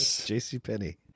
JCPenney